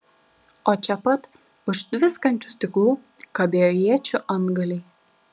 o čia pat už tviskančių stiklų kabėjo iečių antgaliai